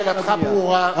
שאלתך ברורה.